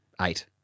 Eight